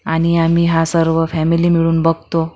आणि आम्ही हा सर्व फॅमिली मिळून बघतो